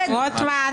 מי נמנע?